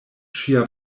ŝia